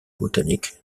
botanique